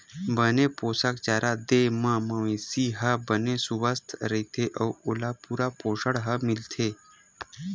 बने पोसक चारा दे म मवेशी ह बने सुवस्थ रहिथे अउ ओला पूरा पोसण ह मिलथे